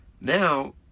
Now